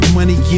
money